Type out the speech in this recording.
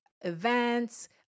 events